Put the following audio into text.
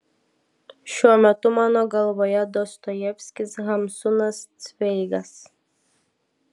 šiuo metu mano galvoje dostojevskis hamsunas cveigas